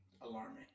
alarming